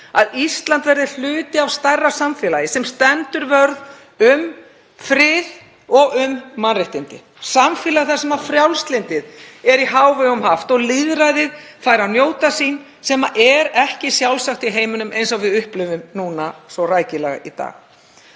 að Ísland verði hluti af stærra samfélagi sem stendur vörð um frið og mannréttindi, samfélag þar sem frjálslyndið er í hávegum haft og lýðræðið fær að njóta sín, sem er ekki sjálfsagt í heiminum eins og við upplifum núna svo rækilega.